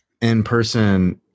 in-person